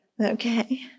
Okay